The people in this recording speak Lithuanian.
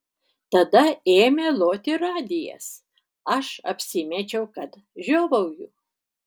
tada ėmė loti radijas aš apsimečiau kad žiovauju